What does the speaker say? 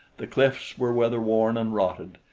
the cliffs were weather-worn and rotted,